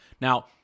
Now